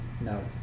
no